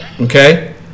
okay